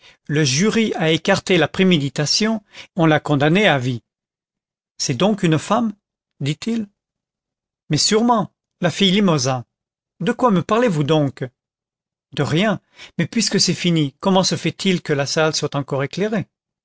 le jury a écarté la préméditation on l'a condamnée à vie c'est donc une femme dit-il mais sûrement la fille limosin de quoi me parlez-vous donc de rien mais puisque c'est fini comment se fait-il que la salle soit encore éclairée